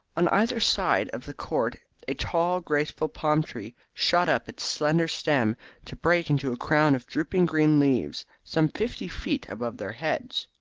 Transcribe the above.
on either side of the court a tall, graceful palm-tree shot up its slender stem to break into a crown of drooping green leaves some fifty feet above their heads.